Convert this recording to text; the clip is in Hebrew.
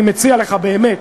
אני מציע לך באמת,